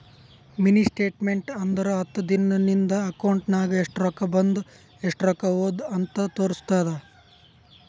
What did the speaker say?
mini statement ಅಂದುರ್ ಹತ್ತು ದಿನಾ ನಿಂದ ಅಕೌಂಟ್ ನಾಗ್ ಎಸ್ಟ್ ರೊಕ್ಕಾ ಬಂದು ಎಸ್ಟ್ ಹೋದು ಅಂತ್ ತೋರುಸ್ತುದ್